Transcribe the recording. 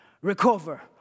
recover